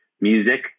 music